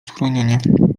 schronienie